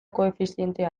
koefizientea